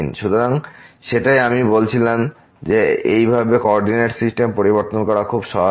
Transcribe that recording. সুতরাং সেটাই আমি বলেছিলাম যে এইভাবে কো অর্ডিনেট সিস্টেম পরিবর্তন করা খুবই সহায়ক